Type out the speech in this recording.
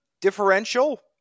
differential